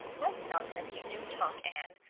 what nonsense you do talk, anne,